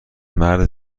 مرد